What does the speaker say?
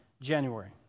January